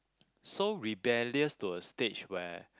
so rebellious to a stage where